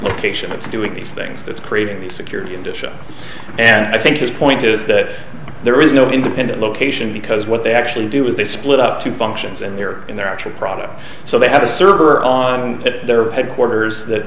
location that's doing these things that's creating security and i think his point is that there is no independent location because what they actually do is they split up two functions and they're in their actual product so they have a server on their headquarters that